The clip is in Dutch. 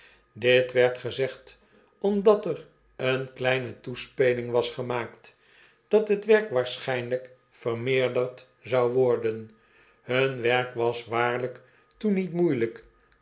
dit werd gezegd omdat er eene kleine toespeling was gemaakt dat het werk waarschijnlijk vermeerderd zou worden hun werk was waarlijk toen niet moeielijk